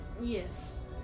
Yes